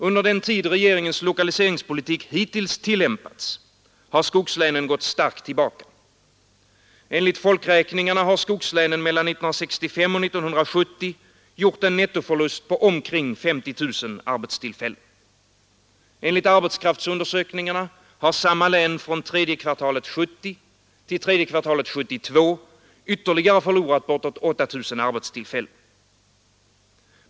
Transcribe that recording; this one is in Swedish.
Under den tid regeringens lokaliseringspolitik hittills tillämpats har skogslänen gått starkt tillbaka. Enligt folkräkningarna har skogslänen mellan 1965 och 1970 gjort en nettoförlust på omkring 50 000 arbetstillfällen. Enligt arbetskraftsundersökningarna har samma län från tredje kvartalet 1970 till tredje kvartalet 1972 ytterligare förlorat bortåt 8 000 arbetstillfällen.